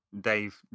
Dave